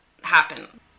happen